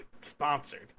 Sponsored